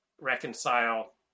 reconcile